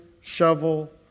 shovel